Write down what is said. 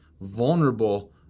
vulnerable